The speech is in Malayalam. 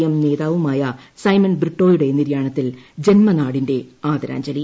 എം നേതാവുമായ സൈമൺ ബ്രിട്ടോയുടെ നിര്യാണത്തിൽ ജന്മനാടിന്റെ ആദരാഞ്ജലി